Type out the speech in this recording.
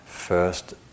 first